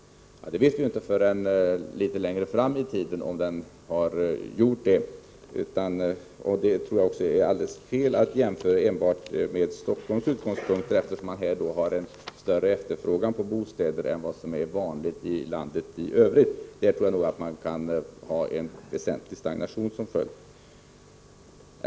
Om den har gjort det vet vi inte förrän litet längre fram i tiden. Jag tror också att det är alldeles fel att enbart ha Stockholm som utgångspunkt, eftersom det i Stockholmsområdet finns en större efterfrågan på bostäder än vad som är vanligt i landet i övrigt, där den här skattediskussionen nog kan ha en väsentlig stagnation som följd.